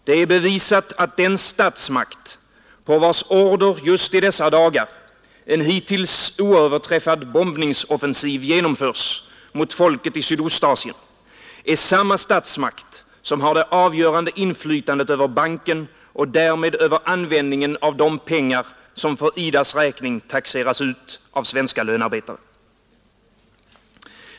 Det är bevisat, att den statsmakt, på vars order just i dessa dagar en hittills oöverträffad bombningsoffensiv genomförs mot folket i Sydostasien, är samma statsmakt som har det avgörande inflytandet över banken och därmed över användningen av de pengar som för IDA :s räkning taxeras ut av svenska lönarbetare.